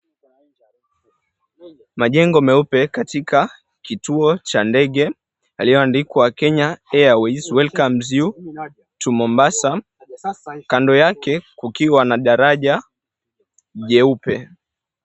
Majengo meupe katika kituo cha ndege, yaliyoandikwa Kenya Airways welcomes you to Mombasa. Kando yake kukiwa na daraja jeupe.